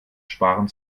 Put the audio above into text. sparen